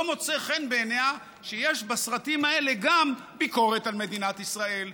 לא מוצא חן בעיניה שיש בסרטים האלה גם ביקורת על מדינת ישראל,